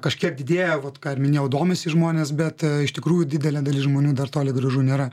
kažkiek didėja vat ką ir minėjau domisi žmonės bet iš tikrųjų didelė dalis žmonių dar toli gražu nėra